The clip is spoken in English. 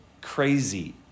crazy